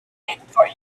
specifically